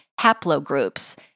haplogroups